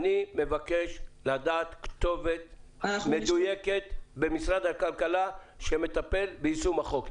אני מבקש לדעת כתובת מדויקת במשרד הכלכלה שמטפל ביישום החוק.